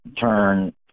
turn –